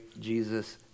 Jesus